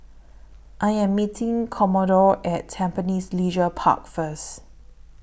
I Am meeting Commodore At Tampines Leisure Park First